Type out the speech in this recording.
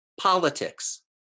politics